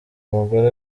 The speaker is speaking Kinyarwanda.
umugore